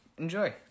Enjoy